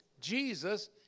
Jesus